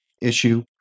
issue